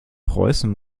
preußen